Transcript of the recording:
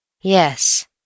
Yes